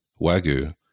Wagyu